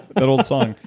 that old song,